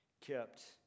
kept